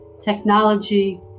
Technology